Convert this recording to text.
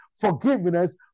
forgiveness